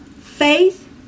faith